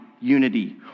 unity